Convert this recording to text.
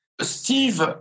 Steve